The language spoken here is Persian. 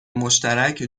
مشترک